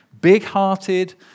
big-hearted